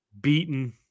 beaten